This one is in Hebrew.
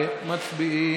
מצביעים,